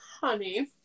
honey